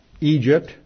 Egypt